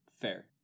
fair